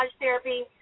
therapy